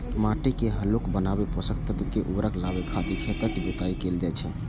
माटि के हल्लुक बनाबै, पोषक तत्व के ऊपर लाबै खातिर खेतक जोताइ कैल जाइ छै